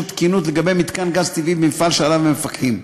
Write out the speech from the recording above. תקינות לגבי מתקן גז טבעי במפעל שעליו הם מפקחים.